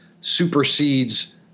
supersedes